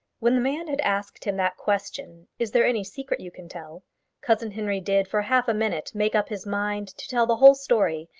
when the man had asked him that question is there any secret you can tell cousin henry did, for half a minute, make up his mind to tell the whole story,